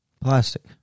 Plastic